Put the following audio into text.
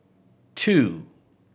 two